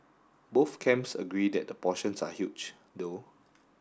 both camps agree that the portions are huge though